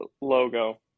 logo